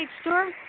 store